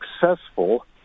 successful